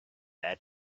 had